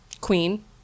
Queen